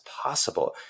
possible